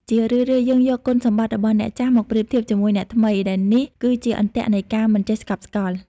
ជារឿយៗ យើងយកគុណសម្បត្តិរបស់អ្នកចាស់មកប្រៀបធៀបជាមួយអ្នកថ្មី ដែលនេះគឺជាអន្ទាក់នៃការមិនចេះស្កប់ស្កល់។